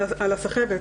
הסחבת.